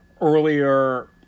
earlier